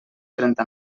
trenta